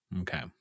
Okay